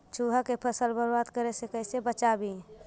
चुहा के फसल बर्बाद करे से कैसे बचाबी?